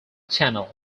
channel